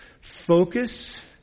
Focus